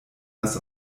das